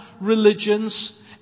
religions